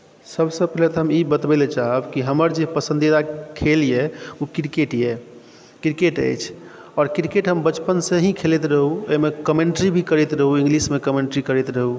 सबसँ प्रथम हम ई बतबै लए चाहब कि हमर जे पसन्दीदा खेल ओ क्रिकेट यऽ क्रिकेट अछि आओर क्रिकेट हम बचपन से ही खेलाइत रहौ ओहिमे कमेन्ट्री भी करैत रहौ इंग्लिशमे कमेन्ट्री करैत रहौ